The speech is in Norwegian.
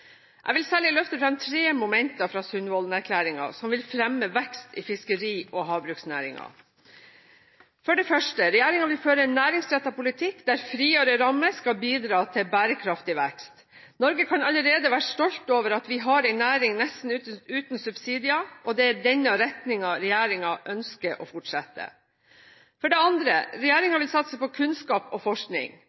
Jeg vil særlig løfte fram tre momenter fra Sundvolden-erklæringen som vil fremme vekst i fiskeri- og havbruksnæringen. For det første: Regjeringen vil føre en næringsrettet politikk der friere rammer skal bidra til bærekraftig vekst. Norge kan allerede være stolt over at vi har en næring nesten uten subsidier, og det er denne retningen regjeringen ønsker å fortsette i. For det andre: Regjeringen vil satse på kunnskap og forskning.